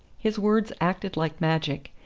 his words acted like magic,